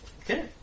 Okay